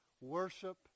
worship